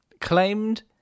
claimed